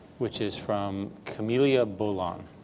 which is from camellia bulong.